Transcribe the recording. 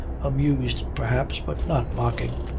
amused perhaps but not mocking.